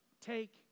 take